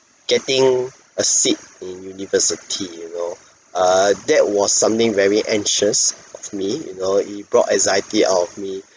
getting a seat in university you know err that was something very anxious of me you know it brought anxiety out of me